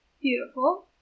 Beautiful